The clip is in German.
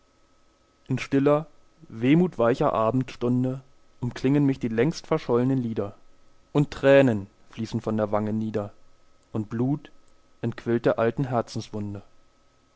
in stiller wehmutweicher abendstunde umklingen mich die längst verschollnen lieder und tränen fließen von der wange nieder und blut entquillt der alten herzenswunde